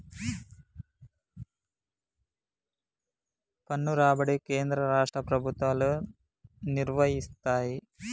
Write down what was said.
పన్ను రాబడి కేంద్ర రాష్ట్ర ప్రభుత్వాలు నిర్వయిస్తయ్